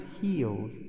healed